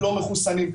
לא מחוסנים.